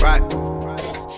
right